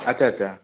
ଆଚ୍ଛା ଆଚ୍ଛା